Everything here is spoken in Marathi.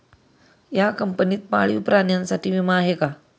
या कंपनीत पाळीव प्राण्यांसाठी विमा आहे का?